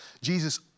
Jesus